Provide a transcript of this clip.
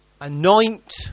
anoint